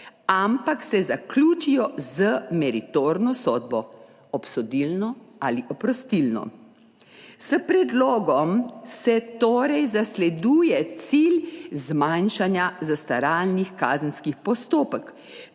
ampak se zaključijo z meritorno sodbo, obsodilno ali oprostilno. S predlogom se torej zasleduje cilj zmanjšanja zastaralnih kazenski postopkov